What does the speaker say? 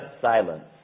silence